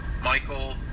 Michael